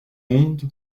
monde